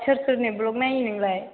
सोर सोरनि ब्लग नायो नोंलाय